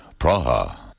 Praha